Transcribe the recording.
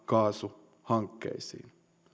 kaasuhankkeisiin